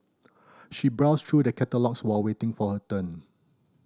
she browsed through the catalogues while waiting for her turn